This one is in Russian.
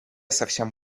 совсем